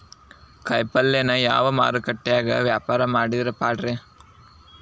ಕಾಯಿಪಲ್ಯನ ಯಾವ ಮಾರುಕಟ್ಯಾಗ ವ್ಯಾಪಾರ ಮಾಡಿದ್ರ ಪಾಡ್ರೇ?